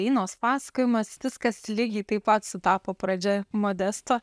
inos pasakojimas viskas lygiai taip pat sutapo pradžia modesto